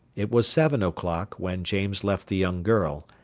it was seven o'clock when james left the young girl,